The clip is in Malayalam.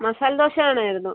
മസാലദോശ വേണമായിരുന്നു